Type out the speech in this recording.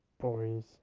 Boys